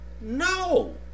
No